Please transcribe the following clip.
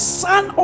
son